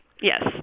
Yes